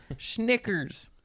snickers